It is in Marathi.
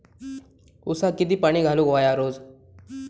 ऊसाक किती पाणी घालूक व्हया रोज?